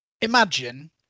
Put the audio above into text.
Imagine